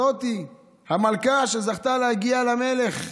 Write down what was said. זאת המלכה שזכתה להגיע למלך,